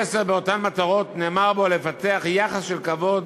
סעיף (10) באותן מטרות, נאמר בו: לפתח יחס של כבוד